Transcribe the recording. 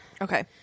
Okay